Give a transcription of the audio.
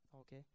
Okay